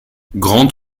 grant